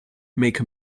make